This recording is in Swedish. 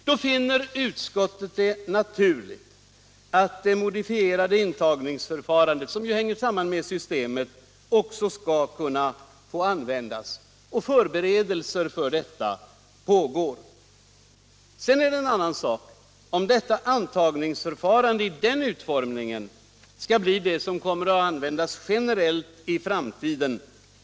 Utskottet finner det naturligt att det modifierade intagningsförfarandet — som ju hänger samman med systemet — då också skall kunna få användas, och förberedelser för detta pågår. En annan sak är om detta intagningsförfarande i den utformningen skall bli det som kommer att användas generellt i framtiden.